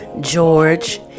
George